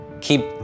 Keep